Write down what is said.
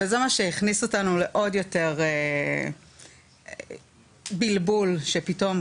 זה מה שהכניס אותנו לעוד יותר בלבול שפתאום,